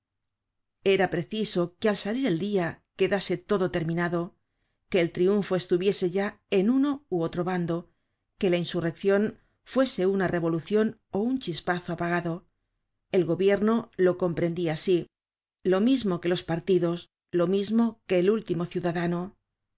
era preciso que al salir el dia quedase todo terminado que el triunfo estuviese ya en uno ú otro bando que insurreccion fuese una revolucion ó un chispazo apagado el gobierno lo comprendia asi lo mismo que los partidos lo mismo que el último ciudadano